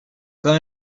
que